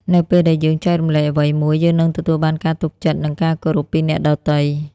នៅពេលដែលយើងចែករំលែកអ្វីមួយ យើងនឹងទទួលបានការទុកចិត្ត និងការគោរពពីអ្នកដទៃ។